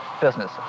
Business